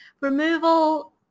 Removal